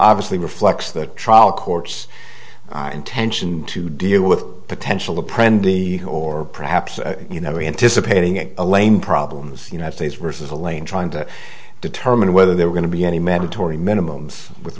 obviously reflects the trial court's intention to deal with potential the prend the or perhaps you never anticipating a lane problems united states versus elaine trying to determine whether there are going to be any mandatory minimums with